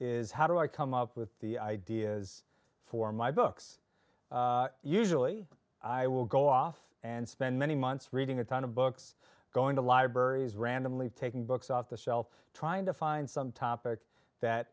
is how do i come up with the ideas for my books usually i will go off and spend many months reading a ton of books going to libraries randomly taking books off the shelf trying to find some topic that